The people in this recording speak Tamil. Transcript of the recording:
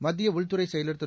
மத்திய உள்துறை செயலர் திரு